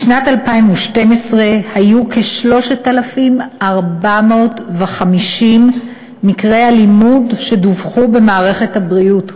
בשנת 2012 דווחו כ-3,450 מקרי אלימות במערכת הבריאות.